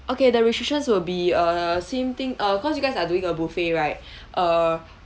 okay the restrictions will be err same thing uh cause you guys are doing a buffet right err